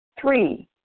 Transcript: Three